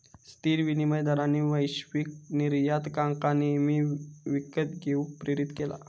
स्थिर विनिमय दरांनी वैश्विक निर्यातकांका नेहमी विकत घेऊक प्रेरीत केला